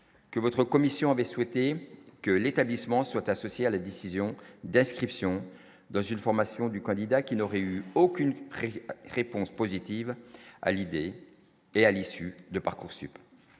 que votre commission avait souhaité que l'établissement soit associé à la décision d'inscription dans une formation du candidat qui n'aurait eu aucune règle réponse positive à l'idée et à l'issue de Parcoursup,